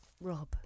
Rob